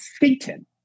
Satan